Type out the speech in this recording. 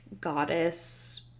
goddess